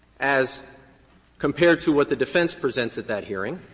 as compared to what the defense presents at that hearing,